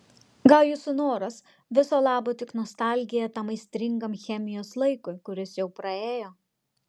gal jūsų noras viso labo tik nostalgija tam aistringam chemijos laikui kuris jau praėjo